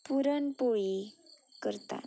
पुरण पोळी करतात